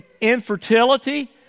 infertility